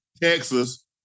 Texas